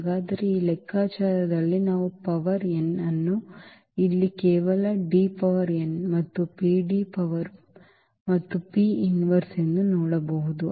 ಹಾಗಾದರೆ ಈ ಲೆಕ್ಕಾಚಾರದಲ್ಲಿ ನಾವು ಪವರ್ n ಅನ್ನು ಇಲ್ಲಿ ಕೇವಲ D ಪವರ್ n ಮತ್ತು ಈ PD ಪವರ್ ಮತ್ತು P ವಿಲೋಮ ಎಂದು ನೋಡಬಹುದು